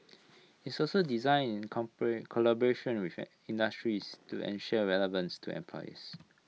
it's also design in collaboration with industry to ensure relevance to employers